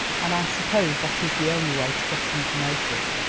and i suppose that is the only way to get into notice.